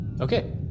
Okay